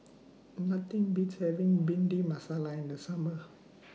Nothing Beats having Bhindi Masala in The Summer